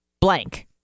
blank